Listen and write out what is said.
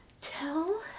tell